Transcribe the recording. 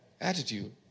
attitude